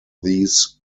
these